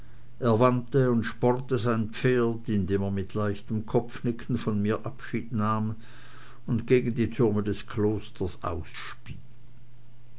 und spornte sein pferd indem er mit leichtem kopfnicken von mir abschied nahm und gegen die türme des klosters ausspie